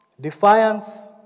defiance